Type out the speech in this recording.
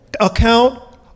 account